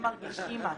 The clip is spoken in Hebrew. אם מרגישים משהו.